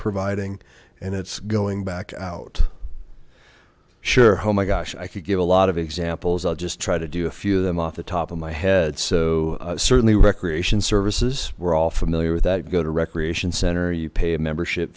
providing and it's going back out sure oh my gosh i could give a lot of examples i'll just try to do a few of them off the top of my head so certainly recreation services we're all familiar with that go to recreation center you pay a membership